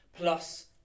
plus